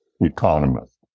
economist